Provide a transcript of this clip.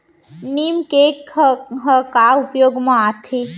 नीम cake ह का उपयोग मा आथे?